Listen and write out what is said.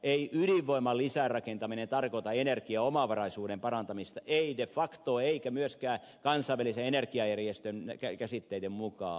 ei ydinvoiman lisärakentaminen tarkoita energiaomavaraisuuden parantamista ei de facto eikä myöskään kansainvälisen energiajärjestön käsitteiden mukaan